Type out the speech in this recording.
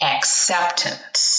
Acceptance